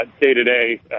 day-to-day